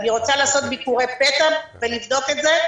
אני רוצה לעשות ביקורי פתע ולבדוק את זה,